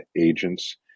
agents